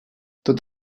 tot